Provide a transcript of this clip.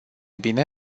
bine